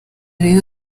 rayon